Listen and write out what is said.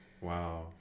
Wow